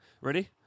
Ready